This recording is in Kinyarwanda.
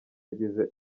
yagize